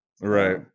Right